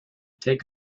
take